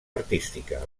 artística